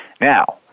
Now